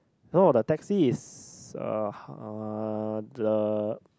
no the taxi is uh uh the